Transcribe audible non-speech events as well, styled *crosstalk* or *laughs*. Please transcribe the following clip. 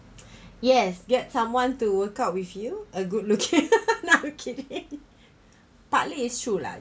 yes get someone to work out with you a good looking *laughs* nah I'm kidding partly is true lah